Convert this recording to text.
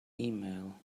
email